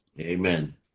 Amen